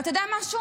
ואתה יודע משהו?